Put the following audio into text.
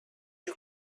you